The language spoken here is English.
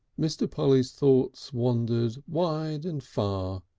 mr. polly's thoughts wandered wide and far,